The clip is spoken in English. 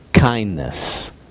Kindness